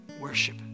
worship